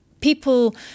people